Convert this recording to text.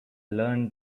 learn